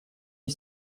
мне